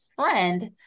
friend